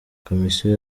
komisiyo